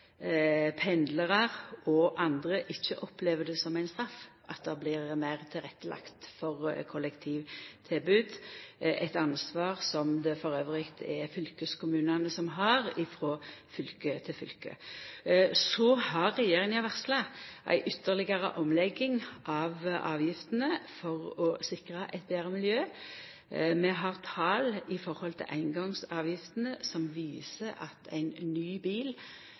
pendlarar og andre ikkje opplever det som ei straff at det blir meir tilrettelagt for kollektivtilbod – eit ansvar som det elles er fylkeskommunane som har, frå fylke til fylke. Så har regjeringa varsla ei ytterlegare omlegging av avgiftene for å sikra eit betre miljø. Vi har tal i forhold til eingongsavgiftene som viser at ein ny bil